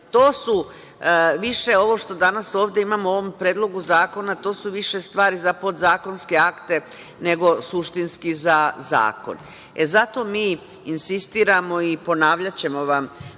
To su više, ovo što danas ovde imamo u ovom predlogu zakona, to su više stvari za podzakonske akte nego suštinski za zakon. Zato mi insistiramo i ponavljaćemo vam